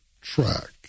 track